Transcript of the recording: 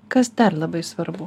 kas dar labai svarbu